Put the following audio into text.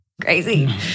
Crazy